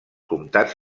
comtats